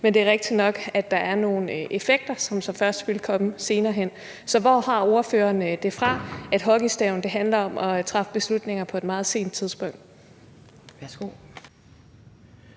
Men det er rigtigt nok, at der er nogle effekter, som så først vil komme senere hen. Så hvor har ordføreren det fra, at hockeystaven handler om at træffe beslutninger på et meget sent tidspunkt?